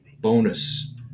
bonus